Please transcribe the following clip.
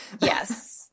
Yes